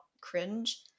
cringe